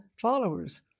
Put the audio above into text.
followers